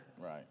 Right